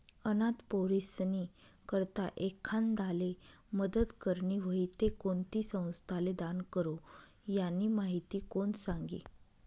अनाथ पोरीस्नी करता एखांदाले मदत करनी व्हयी ते कोणती संस्थाले दान करो, यानी माहिती कोण सांगी